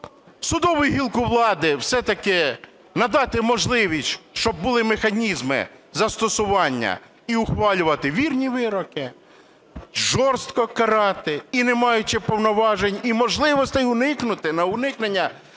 судовій гілці влади все-таки надати можливість, щоб були механізми застосування, і ухвалювати вірні вироки. Жорстко карати, і не маючи повноважень і можливостей уникнути, на уникнення